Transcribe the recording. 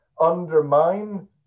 undermine